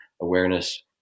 awareness